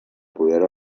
poder